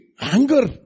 anger